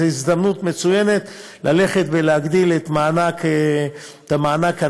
זאת הזדמנות מצוינת ללכת ולהגדיל את מענק הנכות